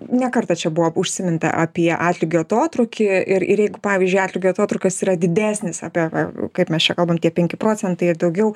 ne kartą čia buvo užsiminta apie atlygio atotrūkį ir ir jeigu pavyzdžiui atlygio atotrūkis yra didesnis apie kaip mes čia kalbam tie penki procentai ir daugiau